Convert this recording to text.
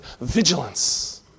vigilance